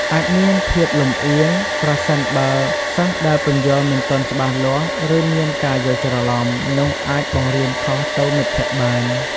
អាចមានភាពលំអៀង ប្រសិនបើសិស្សដែលពន្យល់មិនទាន់ច្បាស់លាស់ ឬមានការយល់ច្រឡំ នោះអាចបង្រៀនខុសទៅមិត្តភក្តិបាន។